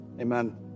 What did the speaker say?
Amen